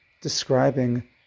describing